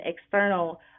external